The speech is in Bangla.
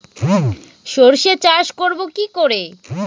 সর্ষে চাষ করব কি করে?